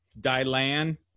Dylan